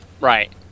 Right